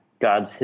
God's